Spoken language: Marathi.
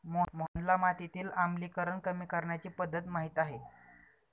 मोहनला मातीतील आम्लीकरण कमी करण्याची पध्दत माहित आहे